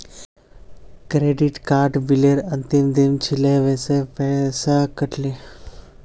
credit card बिलेर अंतिम दिन छिले वसे पैसा कट ले